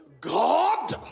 God